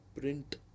print